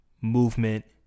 movement